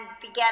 began